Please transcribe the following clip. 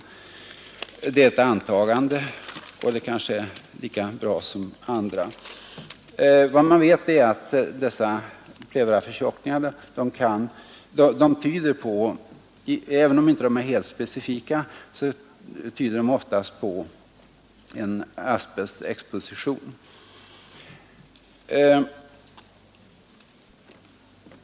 Det är alltså ett antagande, men det är kanske lika bra som andra. Vad man vet är att dessa pleuraförtjockningar, även om de inte är helt specifika, oftast tyder på en asbestexposition.